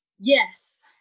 Yes